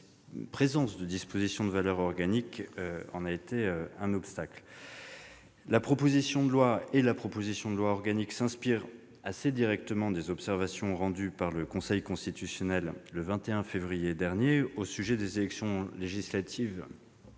la présence de dispositions de valeur organique a constitué un obstacle. La proposition de loi et la proposition de loi organique s'inspirent assez directement des observations rendues par le Conseil constitutionnel le 21 février dernier au sujet des élections législatives